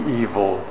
evil